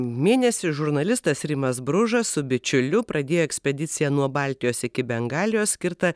mėnesį žurnalistas rimas bružas su bičiuliu pradėjo ekspediciją nuo baltijos iki bengalijos skirtą